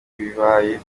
bibaye